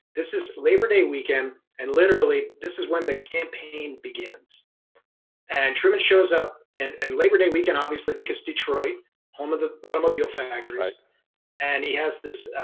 this is labor day weekend. and literally this is when the campaign begins and truman shows up and and labor day weekend, obviously because detroit home of the automobile factories like and he has this